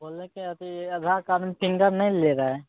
बोले कि आधारकार्ड सिन्गल नहि ले रहै